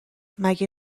مگه